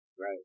Right